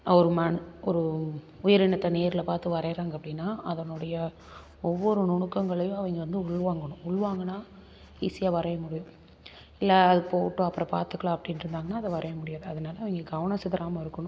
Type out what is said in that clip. ஒரு மன் ஒரு உயிரினத்தை நேரில் பார்த்து வரையிறாங்க அப்படின்னா அதனுடைய ஒவ்வொரு நுணுக்கங்களையும் அவங்க வந்து உள்வாங்கணும் உள்வாங்கினா ஈஸியாக வரைய முடியும் இல்லை அது போவட்டும் அப்புறம் பார்த்துக்கலாம் அப்படின்னு இருந்தாங்கன்னா அதை வரைய முடியாது அதனால் அவங்க கவனம் சிதறாமல் இருக்கணும்